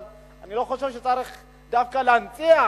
אבל אני לא חושב שצריך דווקא להנציח